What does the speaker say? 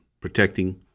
protecting